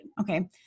Okay